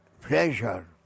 pleasure